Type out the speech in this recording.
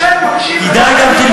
אני יושב, מקשיב ולומד.